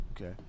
Okay